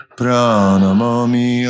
pranamami